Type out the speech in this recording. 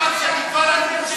ועכשיו את מטיפה לנו?